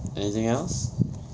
anything else